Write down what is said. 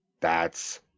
thats